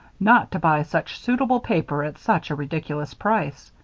not to buy such suitable paper at such a ridiculous price.